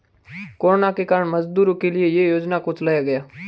corona के कारण मजदूरों के लिए ये योजना को चलाया गया